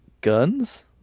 Guns